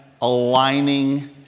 aligning